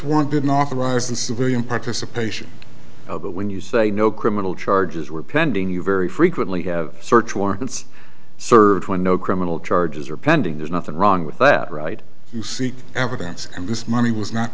warrant didn't authorize the civilian participation but when you say no criminal charges were pending you very frequently have search warrants served when no criminal charges are pending there's nothing wrong with that right you seek evidence and this money was not